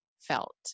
felt